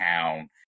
town